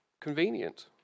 convenient